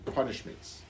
punishments